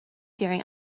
during